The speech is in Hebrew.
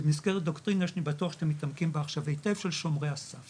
במסגרת בטוח שאתם מתעמקים בה עכשיו היטב של שומרי הסף